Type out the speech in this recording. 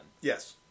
Yes